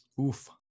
Oof